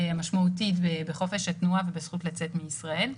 המשמעותית בחופש התנועה ובזכות לצאת מישראל.